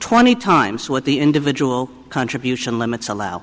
twenty times what the individual contribution limits allow